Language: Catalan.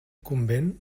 convent